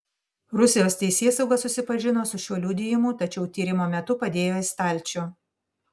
rusijos teisėsauga susipažino su šiuo liudijimu tačiau tyrimo metu padėjo į stalčių